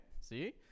See